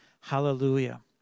Hallelujah